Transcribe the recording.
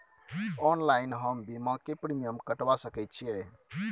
Online हम बीमा के प्रीमियम कटवा सके छिए?